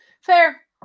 Fair